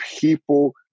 people